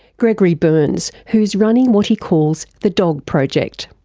gregory berns, who's running what he calls the dog project.